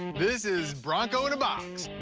this is bronco in a box!